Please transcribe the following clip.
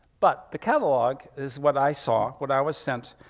but the catalog is what i saw, what i was sent,